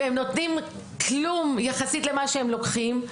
והם לא נותנים כלום יחסית למה שהם לוקחים,